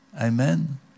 Amen